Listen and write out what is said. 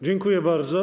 Dziękuję bardzo.